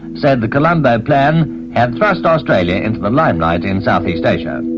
said the colombo plan had thrust australia into the limelight in southeast asia.